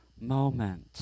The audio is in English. moment